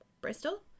bristol